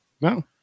No